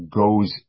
goes